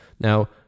Now